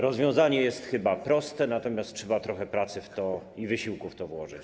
Rozwiązanie jest chyba proste, natomiast trzeba trochę pracy i wysiłku w to włożyć.